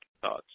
thoughts